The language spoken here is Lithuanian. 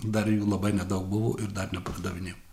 dar jų labai nedaug buvo ir dar nepardavinėjau